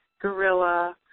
gorilla